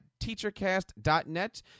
teachercast.net